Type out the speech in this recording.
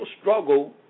struggle